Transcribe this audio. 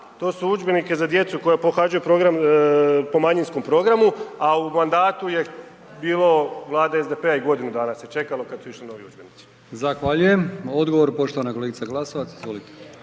to su udžbenici za djecu koja pohađaju program po manjinskom programu, a u mandatu je bilo vlade i SDP-a i godinu dana se čekalo kada su išli novi udžbenici.